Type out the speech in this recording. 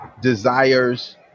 desires